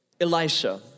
Elisha